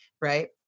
right